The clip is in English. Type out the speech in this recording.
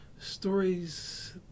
stories